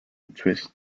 twist